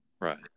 Right